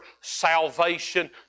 salvation